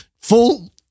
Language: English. full